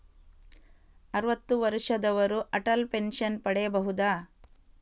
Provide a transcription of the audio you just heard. ಅರುವತ್ತು ವರ್ಷದವರು ಅಟಲ್ ಪೆನ್ಷನ್ ಪಡೆಯಬಹುದ?